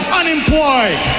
unemployed